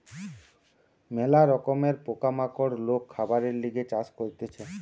ম্যালা রকমের পোকা মাকড় লোক খাবারের লিগে চাষ করতিছে